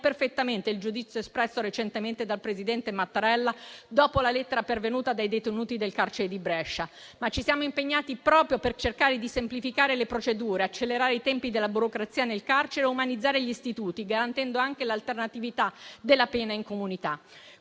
perfettamente il giudizio espresso recentemente dal presidente Mattarella dopo la lettera pervenuta dai detenuti del carcere di Brescia, ma ci siamo impegnati proprio per cercare di semplificare le procedure, accelerare i tempi della burocrazia nel carcere, umanizzare gli istituti, garantendo anche l'alternatività della pena in comunità.